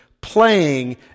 playing